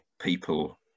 people